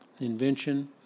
invention